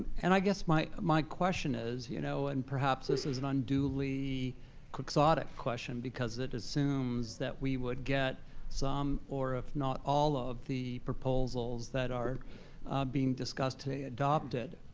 and i guess my my question is you know and, perhaps, this is an unduly quixotic question, because it assumes that we would get some or if not all of the proposals that are being discussed today adopted.